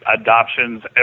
adoptions